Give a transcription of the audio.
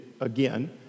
again